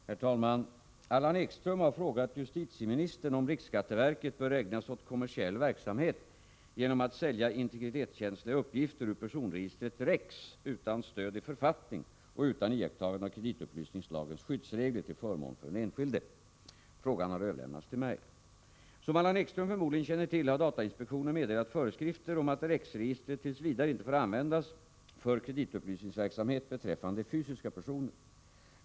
Herr talman! Allan Ekström har frågat justitieministern om riksskatteverket bör ägna sig åt kommersiell verksamhet genom att sälja integritetskänsliga uppgifter ur personregistret REX utan stöd i författning och utan iakttagande av kreditupplysningslagens skyddsregler till förmån för den enskilde. Frågan har överlämnats till mig. Som Allan Ekström förmodligen känner till har datainspektionen meddelat föreskrifter om att REX-registret t. v. inte får användas för kreditupplysningsverksamhet beträffande fysiska personer.